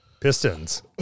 Pistons